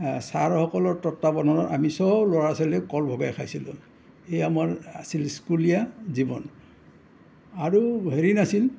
ছাৰসকলৰ তত্বাৱধানত আমি চব ল'ৰা ছোৱালীয়ে কল ভগাই খাইছিলোঁ এইয়া আমাৰ আছিল স্কুলীয়া জীৱন আৰু হেৰি নাছিল